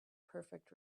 perfect